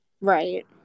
Right